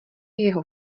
jeho